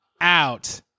out